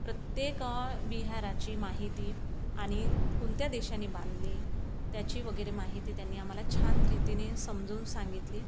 प्रत्येक विहाराची माहिती आणि कोणत्या देशाने बांधली त्याची वगैरे माहिती त्यांनी आम्हाला छान रीतीने समजून सांगितली